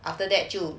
after that 就